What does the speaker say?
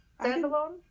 Standalone